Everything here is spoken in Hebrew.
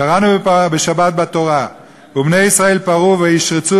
קראנו בשבת בתורה: "ובני ישראל פרו וישרצו